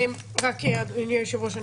אדוני היושב-ראש,